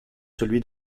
celui